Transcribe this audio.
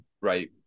Right